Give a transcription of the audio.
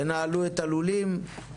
תנהלו את הלולים.